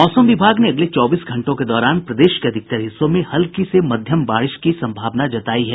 मौसम विभाग ने अगले चौबीस घंटों के दौरान प्रदेश के अधिकतर हिस्सों में हल्की से मध्यम बारिश की संभावना जतायी है